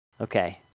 okay